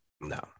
No